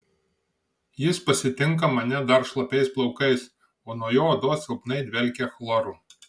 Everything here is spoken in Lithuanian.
jis pasitinka mane dar šlapiais plaukais o nuo jo odos silpnai dvelkia chloru